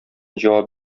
җавап